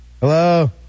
Hello